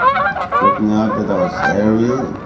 looking after those areas,